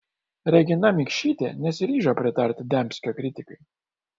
regina mikšytė nesiryžo pritarti dembskio kritikai